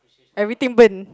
everything burn